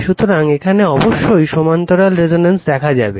সুতরাং এখানে অবশ্যই সমান্তরাল রেজোন্যান্স দেখা যাবে